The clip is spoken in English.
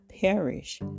perish